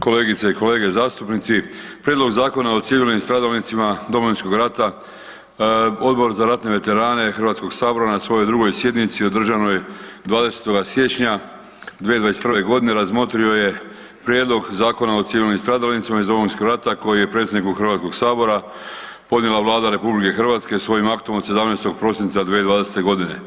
Kolegice i kolege zastupnici, Prijedlog zakona o civilnim stradalnicima Domovinskog rata Odbor za ratne veterane Hrvatskoga sabora na svojoj 2. sjednici održanoj 20. siječnja 2021. godine razmotrio je Prijedlog zakona o civilnim stradalnicima iz Domovinskog rata kojeg je predsjedniku Hrvatskoga sabora podnijela Vlada Republike Hrvatske svojim aktom od 17. prosinca 2020. godine.